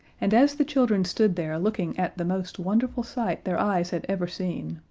and as the children stood there looking at the most wonderful sight their eyes had ever seen,